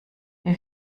wir